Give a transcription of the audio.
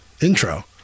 Intro